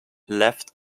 left